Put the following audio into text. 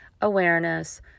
awareness